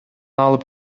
алып